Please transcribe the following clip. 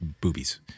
boobies